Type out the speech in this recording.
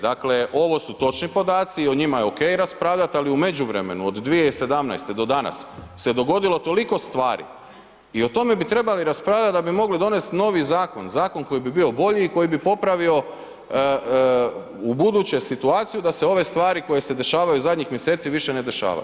Dakle, ovo su točni podaci i o njima je ok raspravljati, ali u međuvremenu od 2017. do danas se dogodilo toliko stvari i o tome bi trebali raspravljati da bi mogli donesti novi zakon, zakon koji bi bio bolji i koji bi popravio ubuduće situaciju da se ove stvari koje se dešavaju zadnjih mjeseci više ne dešavaju.